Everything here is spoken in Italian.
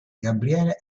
gabriele